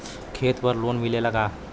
खेत पर लोन मिलेला का?